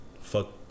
Fuck